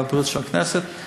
הרווחה והבריאות של הכנסת,